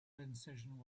incision